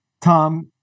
Tom